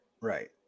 right